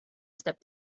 step